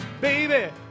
Baby